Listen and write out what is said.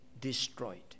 destroyed